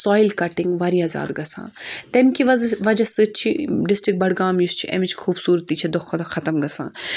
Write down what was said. soil cutting واریاہ زیادٕ گژھان تَمہِ کہِ وَجہ وجہ سُتۍ چھِ ڈِسٹِرٛک بَڈگام یُس چھُ اَمِچ خوٗبصوٗرتی چھِ دۄہ کھۄتہٕ دۄہ خَتم گژھان